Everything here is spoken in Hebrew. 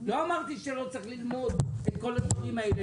לא אמרתי שלא צריך ללמוד את כל הדברים האלה,